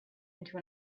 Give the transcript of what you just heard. into